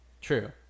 True